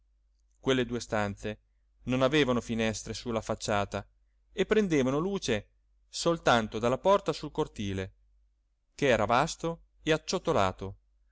quelle due stanze non avevano finestre sulla facciata e prendevano luce soltanto dalla porta sul cortile ch'era vasto e acciottolato